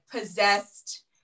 possessed